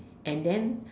and then